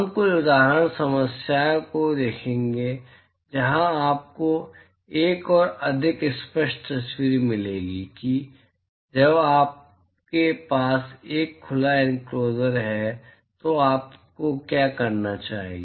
हम कुछ उदाहरण समस्याओं को देखेंगे जहां आपको एक और अधिक स्पष्ट तस्वीर मिलेगी कि जब आपके पास एक खुला इनक्लोज़र है तो आपको क्या करना चाहिए